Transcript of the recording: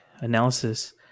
analysis